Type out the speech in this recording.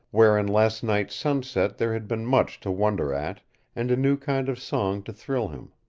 where in last night's sunset there had been much to wonder at and a new kind of song to thrill him.